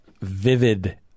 vivid